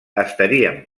estaríem